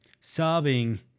sobbing